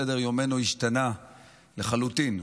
סדר-יומנו השתנה לחלוטין,